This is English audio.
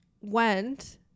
went